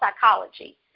psychology